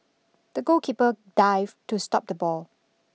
the goalkeeper dived to stop the ball